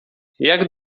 jak